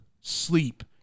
sleep